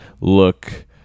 look